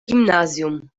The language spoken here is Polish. gimnazjum